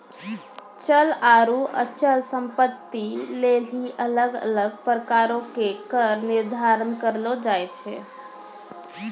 चल आरु अचल संपत्ति लेली अलग अलग प्रकारो के कर निर्धारण करलो जाय छै